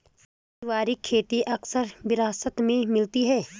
पारिवारिक खेती अक्सर विरासत में मिलती है